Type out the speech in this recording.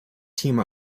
team